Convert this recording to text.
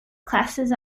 classes